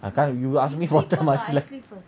I can't you ask me what time I slept